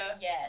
Yes